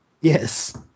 Yes